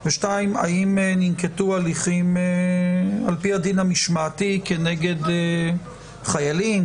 ושתיים האם ננקטו הליכים על פי הדין המשמעתי כנגד חיילים,